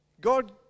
God